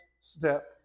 step